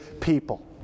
people